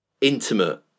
intimate